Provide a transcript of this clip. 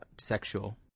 sexual